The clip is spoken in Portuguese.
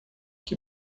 que